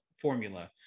formula